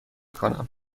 کنم